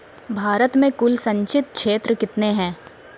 भारत मे कुल संचित क्षेत्र कितने हैं?